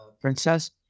princess